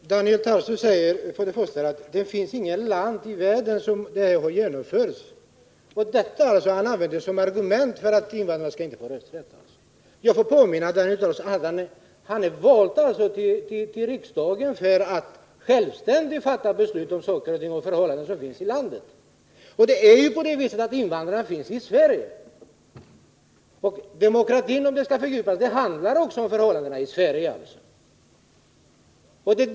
Fru talman! Daniel Tarschys säger att det inte finns något land i världen där det här har genomförts. Och det använder han som argument för att invandrarna inte skall få rösträtt här! Jag får påminna Daniel Tarschys om att han är vald till riksdagen för att självständigt delta i beslut om förhållanden här i landet. Invandrarna finns i Sverige. Frågan om demokratin skall fördjupas handlar också om förhållandena i Sverige.